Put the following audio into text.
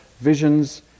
visions